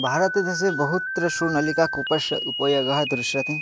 भारतदेशे बहुत्र नलिकाकूपेषु उपयोगः दृश्यते